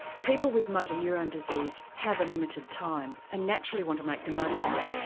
people with motor neurone disease have a limited time and naturally want to make the most of it.